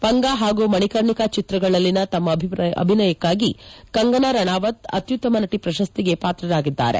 ಪಂಗಾ ಹಾಗೂ ಮಣಿಕರ್ಣಿಕಾ ಚಿತ್ರಗಳಲ್ಲಿನ ತಮ್ಮ ಅಭಿನಯಕ್ಕಾಗಿ ಕಂಗನಾ ರಾಣಾವತ್ ಅತ್ನುತ್ತಮ ನಟಿ ಪ್ರಶಸ್ತಿಗೆ ಪಾತ್ರರಾಗಿದ್ದಾರೆ